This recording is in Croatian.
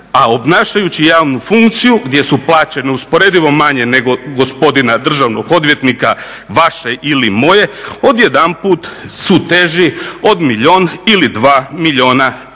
a obnašajući javnu funkciju gdje su plaće neusporedivo manje nego gospodina državnog odvjetnika, vaše ili moje odjedanput su teži od milijun ili 2 milijuna eura.